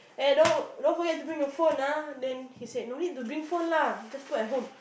eh don't don't forget to bring your phone ah then he said don't need to bring phone lah just put at home